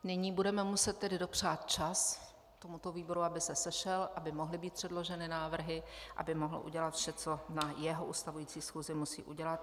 Nyní budeme muset tedy dopřát čas tomuto výboru, aby se sešel, aby mohly být předloženy návrhy, aby mohl udělat vše, co na své ustavující schůzi musí udělat.